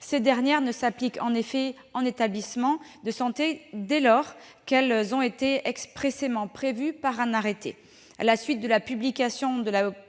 Ces dernières ne s'appliquent en effet aux établissements de santé que dès lors qu'elles ont été expressément prévues par un arrêté. À la suite de la publication de la